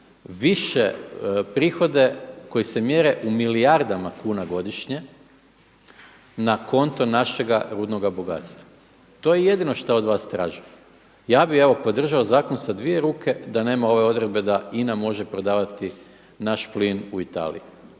više prihode koji se mjere u milijardama kuna godišnje na konto našega rudnoga bogatstva. To je jedino što od vas tražim. Ja bih evo podržao zakon sa dvije ruke da nema ove odredbe da INA može prodavati naš plin u Italiji,